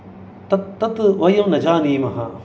तत्तत् वयं न जानीमः